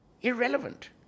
Irrelevant